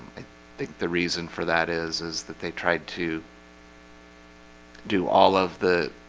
think the reason for that is is that they tried to do all of the